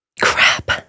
Crap